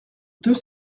deux